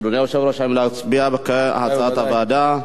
אדוני היושב-ראש, האם להצביע כהצעת הוועדה?